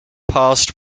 past